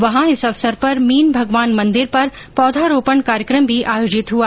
वहां इस अवसर पर मीन भगवान मंदिर पर पौधारोपण कार्यक्रम भी आयोजित हुआ